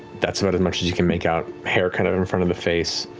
that's about as much as you can make out. hair kind of in front of the face.